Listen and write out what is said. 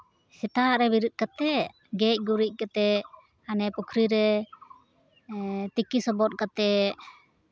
ᱥᱮᱛᱟᱜ ᱨᱮ ᱵᱮᱨᱮᱫ ᱠᱟᱛᱮᱫ ᱜᱮᱡ ᱜᱩᱨᱤᱡ ᱠᱟᱛᱮᱫ ᱦᱟᱱᱮ ᱯᱩᱠᱷᱨᱤ ᱨᱮ ᱛᱤᱠᱤ ᱥᱚᱵᱚᱫ ᱠᱟᱛᱮᱫ